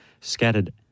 scattered